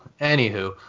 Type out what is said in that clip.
anywho